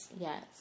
Yes